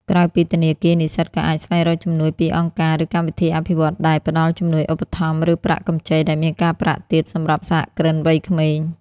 ក្រៅពីធនាគារ និស្សិតក៏អាចស្វែងរកជំនួយពីអង្គការ ឬកម្មវិធីអភិវឌ្ឍន៍ដែលផ្តល់ជំនួយឧបត្ថម្ភ ឬប្រាក់កម្ចីដែលមានការប្រាក់ទាបសម្រាប់សហគ្រិនវ័យក្មេង។